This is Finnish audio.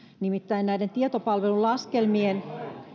nimittäin näiden tietopalvelun laskelmien